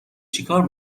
چیکار